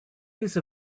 use